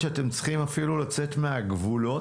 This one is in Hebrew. שאתם צריכים אפילו לצאת מהגבולות,